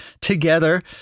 together